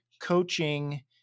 Coaching